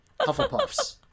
Hufflepuffs